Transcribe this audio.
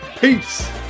peace